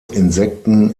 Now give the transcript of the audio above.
insekten